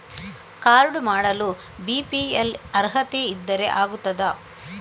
Card ಮಾಡಲು BPL ಅರ್ಹತೆ ಇದ್ದರೆ ಆಗುತ್ತದ?